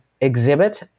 exhibit